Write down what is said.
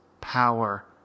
power